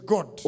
God